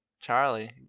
charlie